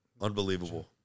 Unbelievable